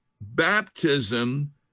baptism